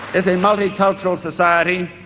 is a multicultural society.